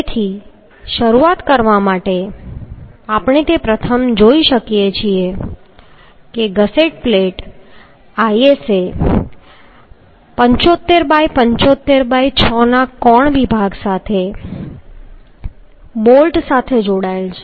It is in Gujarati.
તેથી શરૂઆત કરવા માટે આપણે તે પ્રથમ જોઈ શકીએ છીએ કે ગસેટ પ્લેટ ISA 75 ✕75 ✕ 6 ના કોણ વિભાગ સાથે બોલ્ટ સાથે જોડાયેલ છે